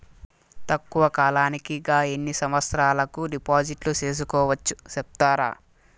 తక్కువ కాలానికి గా ఎన్ని సంవత్సరాల కు డిపాజిట్లు సేసుకోవచ్చు సెప్తారా